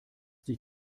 dich